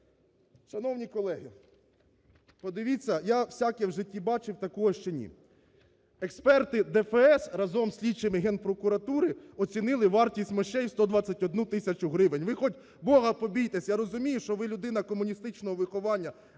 Шановні колеги, подивіться, я всяке в житті бачив, такого – ще ні. Експерти ДФС разом із слідчими Генпрокуратури оцінили вартість мощей в 121 тисячу гривень. Ви хоть Бога побійтеся, я розумію, що ви людина комуністичного виховання,